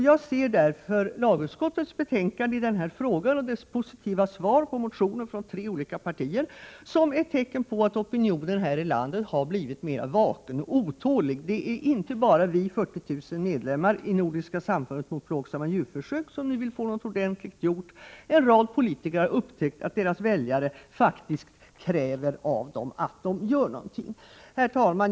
Jag ser därför lagutskottets betänkande i denna fråga och utskottets positiva behandling av motioner från tre olika partier som ett tecken på att opinionen i Sverige har blivit mera vaken och otålig. Det är inte bara vi 40 000 medlemmar i Nordiska samfundet mot plågsamma djurförsök som nu vill få något ordentligt gjort. En rad politiker har upptäckt att deras väljare faktiskt kräver av dem att de gör någonting. Herr talman!